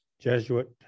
Jesuit